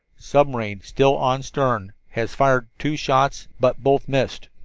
submarine still on stern. has fired two shots, but both missed.